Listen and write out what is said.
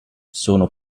sono